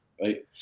right